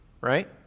right